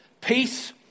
Peace